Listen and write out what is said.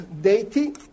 deity